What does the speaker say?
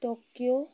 Tokyo